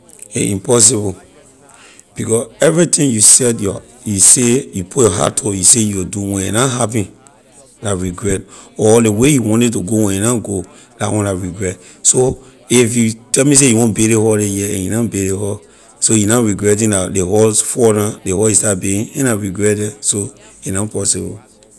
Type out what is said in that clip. A impossible because everything you set your you say you put your heart on you say you will do when a na happen la regret or ley way you want ley to go when a na go la one la regret so if you tell me say you want be build ley house ley year and you na build ley house so you na regretting la ley house fall down ley house you start building la regret the so a na possible.